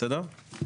בסדר?